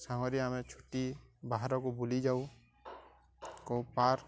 ସାଙ୍ଗରେ ଆମେ ଛୁଟି ବାହାରକୁ ବୁଲିଯାଉ କେଉଁ ପାର୍କ